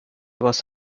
was